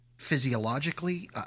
physiologically